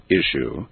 issue